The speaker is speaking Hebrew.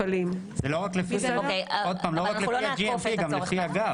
שוב, זה לא רק לי ה-GMP אלא גם לפי ה-GAP.